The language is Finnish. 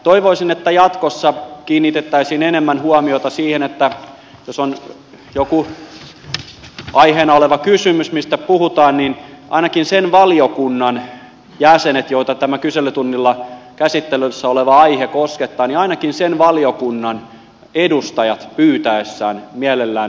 toivoisin että jatkossa kiinnitettäisiin enemmän huomiota siihen että jos on joku aiheena oleva kysymys mistä puhutaan niin ainakin sen valiokunnan edustajat joita tämä kyselytunnilla käsittelyssä oleva aihe koskettaa pyytäessään mielellään